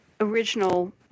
original